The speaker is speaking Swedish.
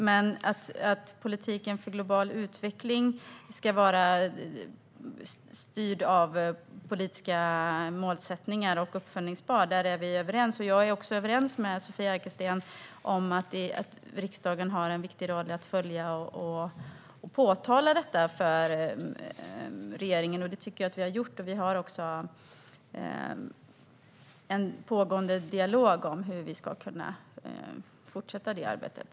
Men att politiken för global utveckling ska vara uppföljbar och styrd av politiska målsättningar är vi helt överens om. Jag är också överens med Sofia Arkelsten om att riksdagen har en viktig roll att följa och påtala detta för regeringen, och det tycker jag att vi har gjort. Vi har också en pågående dialog om hur vi ska kunna fortsätta med det arbetet.